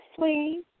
please